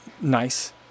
nice